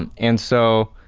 um and so,